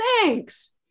thanks